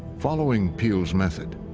following peale's method,